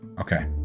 Okay